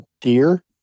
deer